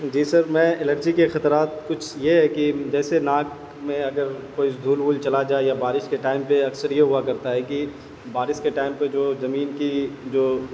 جی sir میں allergy کے خطرات کچھ یہ ہے کہ جیسے ناک میں اگر کوئی دھول اول چلا جائے یا بارش کے ٹائم پہ اکثر یہ ہوا کرتا ہے کہ بارش کے ٹائم پہ جو زمین کی جو